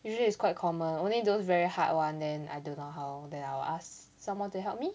usually it's quite common only those very hard one then I don't know how then I'll ask someone to help me